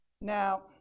Now